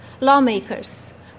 Lawmakers